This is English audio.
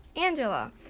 Angela